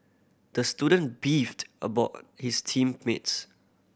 the student beefed about his team mates